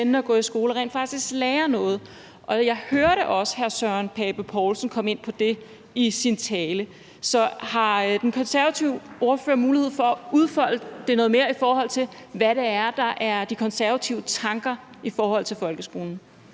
spændende at gå i skole, og rent faktisk lærer noget. Jeg hørte også hr. Søren Pape Poulsen komme ind på det i sin tale. Har den konservative ordfører mulighed for at udfolde det noget mere, i forhold til hvad det er, der er De Konservatives tanker i forhold til folkeskolen?